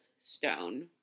stone